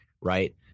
right